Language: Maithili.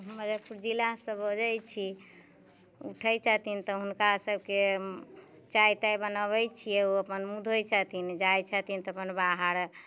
हम मुजफ्फरपुर जिलासँ बजै छी उठै छथिन तऽ हुनकासभके चाह ताह बनबैत छियै ओ अपन मुँह धोइत छथिन जाइत छथिन तऽ अपन बाहर